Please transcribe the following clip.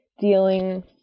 dealing